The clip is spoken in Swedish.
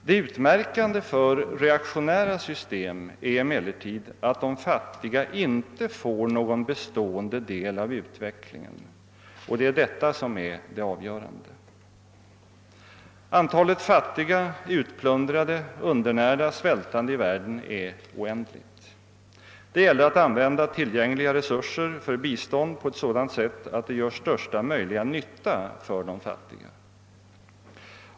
Det utmärkande för reaktionära system är emellertid att de fattiga inte får någon bestående del av utvecklingen, och det är detta som är avgörande. Antalet fattiga, utplundrade, undernärda, svältande i världen är oändligt. Det gäller att använda tillgängliga resurser till bistånd på ett sådant sätt att det gör största möjliga nytta för de fattiga.